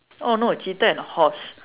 oh no cheetah and horse